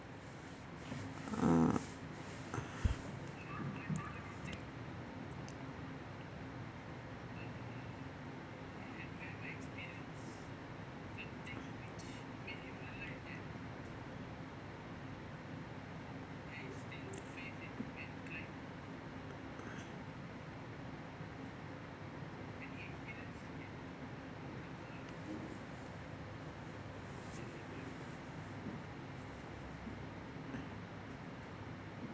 uh